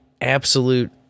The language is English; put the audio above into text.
absolute